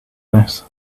this